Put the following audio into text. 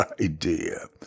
idea